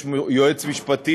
יש יועץ משפטי